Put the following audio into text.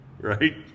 Right